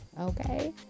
okay